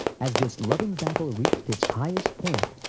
as this loving battle reached its highest point,